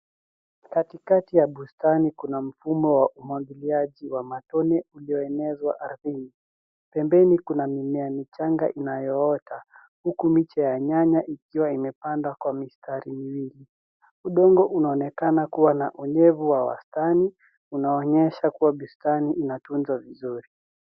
Katikati ya bustani kuna mfumo wa umwagiliaji wa matone ulioenezwa ardhini. Pembeni kuna mimea michanga inayoota, huku miche ya nyanya ikiwa imepandwa kwa mistari miwili. Udongo unaonekana kuwa na unyevu wa wastani, unaoonyesha kuwa bustani inatunzwa vizuri.